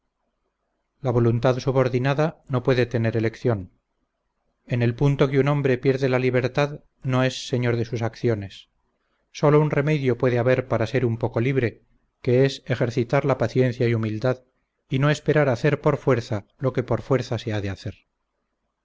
la voluntad subordinada no puede tener elección en el punto que un hombre pierde la libertad no es señor de sus acciones solo un remedio puede haber para ser un poco libre que es ejercitar la paciencia y humildad y no esperar a hacer por fuerza lo que por fuerza se ha de hacer